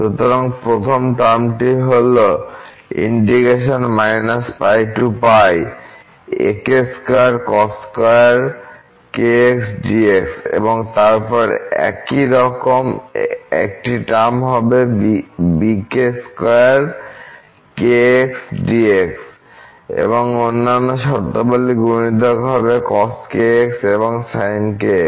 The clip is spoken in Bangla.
সুতরাং প্রথম টার্মটি হল এবং তারপর একই রকম একটি টার্ম হবে bk2 kxdx এবং অন্যান্য শর্তাবলী গুণিতক হবে cos kx এবং sin kx